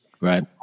right